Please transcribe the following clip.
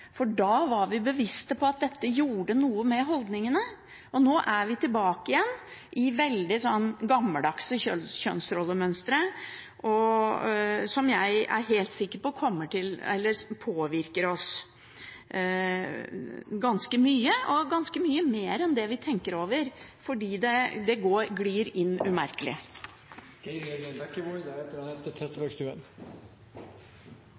at dette gjorde noe med holdningene, og nå er vi tilbake igjen i veldig gammeldagse kjønnsrollemønstre som jeg er helt sikker på at påvirker oss ganske mye og ganske mye mer enn det vi tenker over, for det glir inn umerkelig. Jeg tar ordet fordi representanten Heidi Nordby Lunde anklaget Kristelig Folkeparti for å stille seg bak det